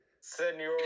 Senor